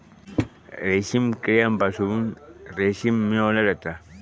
रेशीम किड्यांपासून रेशीम मिळवला जाता